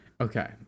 okay